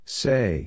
say